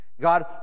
God